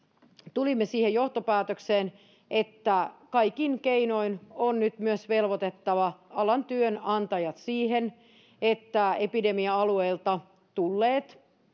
tulimme siihen johtopäätökseen että kaikin keinoin on nyt myös velvoitettava alan työnantajat siihen että epidemia alueilta tulleet